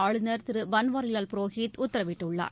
ஆளுநர் திருபன்வாரிலால் புரோஹித் உத்தரவிட்டுள்ளார்